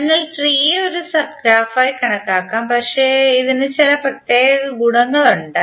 അതിനാൽ ട്രീയെ ഒരു സബ് ഗ്രാഫ്ഫായി കണക്കാക്കാം പക്ഷേ ഇതിന് ചില പ്രത്യേക ഗുണങ്ങളുണ്ട്